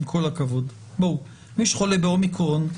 מי שחולה באומיקרון,